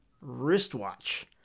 wristwatch